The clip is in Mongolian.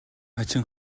хачин